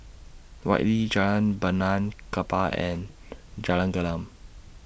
Whitley Jalan Benaan Kapal and Jalan Gelam